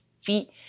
feet